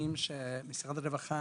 שירותים שמשרד הרווחה